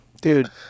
Dude